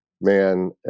man